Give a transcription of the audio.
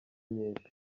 nyinshi